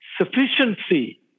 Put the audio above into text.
sufficiency